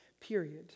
period